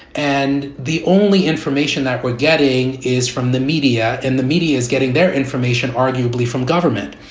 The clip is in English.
and the only information that we're getting is from the media. and the media is getting their information arguably from government.